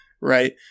right